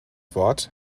wort